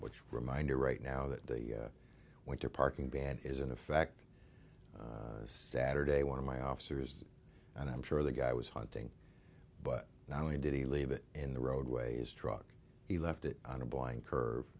which reminder right now that they went to parking banned is in effect saturday one of my officers and i'm sure the guy was hunting but not only did he leave it in the roadways truck he left it on a blind curve